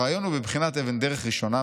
הרעיון הוא בבחינת אבן דרך ראשונה,